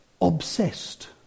obsessed